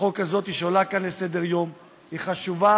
החוק הזאת שעולה כאן לסדר-היום היא חשובה